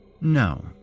No